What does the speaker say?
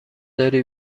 داری